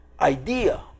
idea